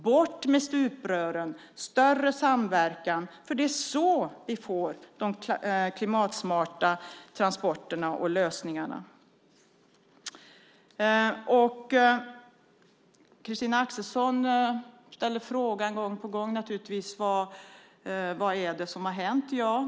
Genom att få bort stuprören och ha bättre samverkan får vi de klimatsmarta transporterna och lösningarna. Christina Axelsson ställer gång på gång frågan vad det är som har hänt.